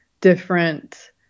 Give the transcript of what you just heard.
different